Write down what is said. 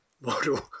model